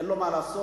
אין לו מה לעשות,